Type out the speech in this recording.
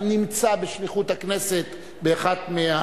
הנמצא בשליחות הכנסת באחת,